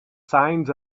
signs